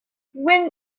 when